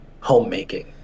homemaking